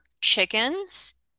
chickens